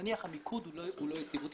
נניח המיקוד הוא לא יציבותי,